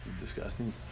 Disgusting